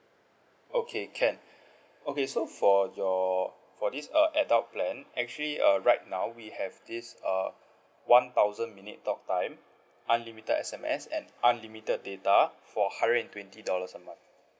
okay can okay so for your for this uh adult plan actually uh right now we have this err one thousand minute talk time unlimited S_M_S and unlimited data for hundred and twenty dollars a month